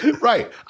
Right